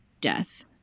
death